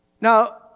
Now